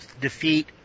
defeat